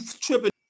tripping